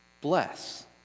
bless